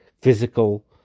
physical